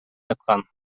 айткан